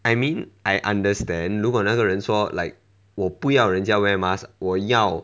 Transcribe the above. I mean I understand 如果那个人说 like 我不要人家 wear mask 我要